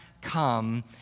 come